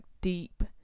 deep